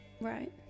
Right